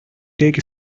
take